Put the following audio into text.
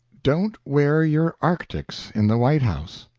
don't wear your arctics in the white house.